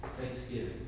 Thanksgiving